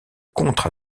contre